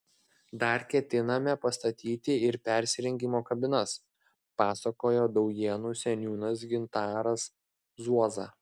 dar ketiname pastatyti ir persirengimo kabinas pasakoja daujėnų seniūnas gintaras zuoza